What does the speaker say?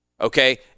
okay